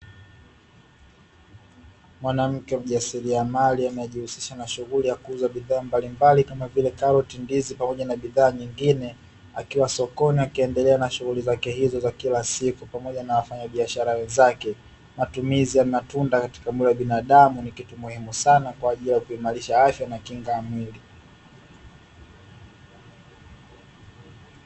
Mwanamke mjasiliamali anejihusisha na shughuli ya kuuza bidhaa mbalimbali kama vile: karoti, ndizi pamoja na bidhaa nyengine akiwa sokoni akiendelea na shughuli zake hizo kila siku pamoja na wafanya biashara wenzake, matumizi ya matunda katika mwili wa binadamu ni kitu muhimu sana kwaajili ya kuimarisha afya na kinga ya mwili.